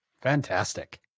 Fantastic